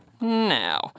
now